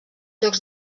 jocs